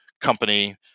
company